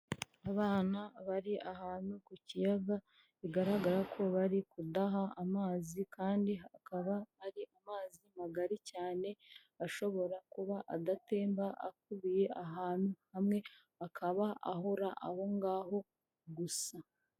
Abana bari ahantu ku kiyaga bigaragara ko bari kudaha amazi kandi akaba ari amazi magari cyane ashobora kuba adatemba akubiye ahantu hamwe, akaba ahora aho ngaho gusa.